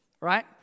right